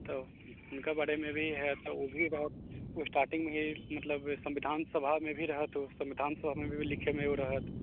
तऽ हुनका बारेमे भी हइ तऽ ओ भी बहुत स्टार्टिंगमे भी मतलब संविधान सभामे भी रहथि ओ संविधान सभामे भी लिखैमे भी ओ रहथि